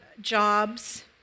jobs